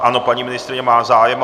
Ano, paní ministryně má zájem.